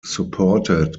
supported